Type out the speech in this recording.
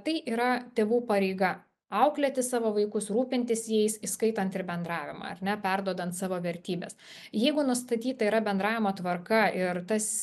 tai yra tėvų pareiga auklėti savo vaikus rūpintis jais įskaitant ir bendravimą ar ne perduodant savo vertybes jeigu nustatyta yra bendravimo tvarka ir tas